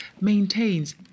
maintains